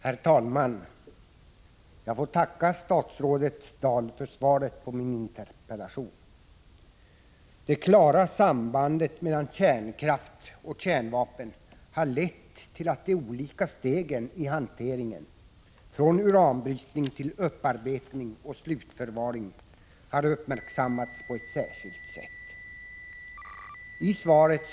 Herr talman! Jag får tacka statsrådet Dahl för svaret på min interpellation. Det klara sambandet mellan kärnkraft och kärnvapen har lett till att de olika stegen i hanteringen från uranbrytning till upparbetning och slutförvaring har uppmärksammats på ett särskilt sätt.